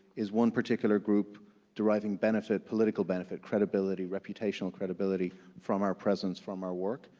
is one particular group deriving benefit, political benefit, credibility, reputational credibility, from our presence, from our work,